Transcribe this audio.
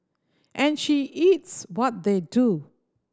and she eats what they do